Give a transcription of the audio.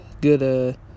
good